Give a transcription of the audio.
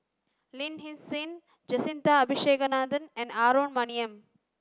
Lin Hsin Hsin Jacintha Abisheganaden and Aaron Maniam